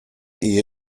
ehe